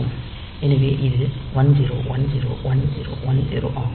எனவே இது 10101010 ஆகும்